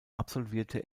absolvierte